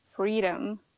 freedom